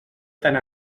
tant